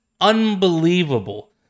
unbelievable